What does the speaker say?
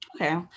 Okay